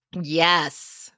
Yes